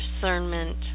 discernment